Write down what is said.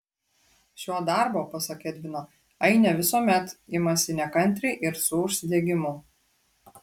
šio darbo pasak edvino ainė visuomet imasi nekantriai ir su užsidegimu